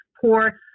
poor